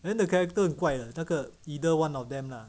then the character 很怪的那个 either one of them lah